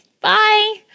Bye